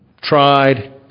tried